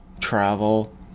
travel